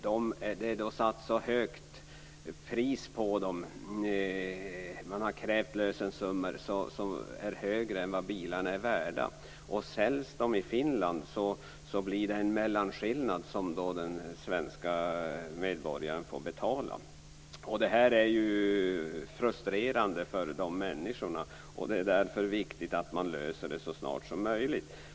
Det har krävts lösensummor som är högre än bilarnas värde. Säljs bilarna i Finland blir det en mellanskillnad som den svenska medborgaren får betala. Det är ju frustrerande för dessa människor. Det är därför viktigt att problemet blir löst så snart som möjligt.